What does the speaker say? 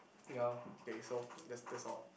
ya okay so that's that's all